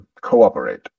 cooperate